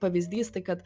pavyzdys tai kad